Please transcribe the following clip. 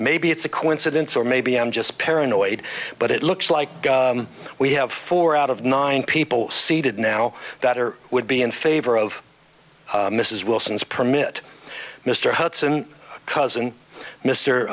maybe it's a coincidence or maybe i'm just paranoid but it looks like we have four out of nine people seated now that are would be in favor of mrs wilson's permit mr hudson cousin m